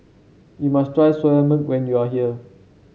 you must try soya men when you are here